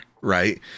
Right